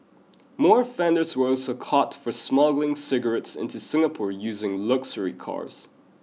more offenders were also caught for smuggling cigarettes into Singapore using luxury cars